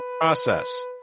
process